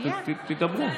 תדברו.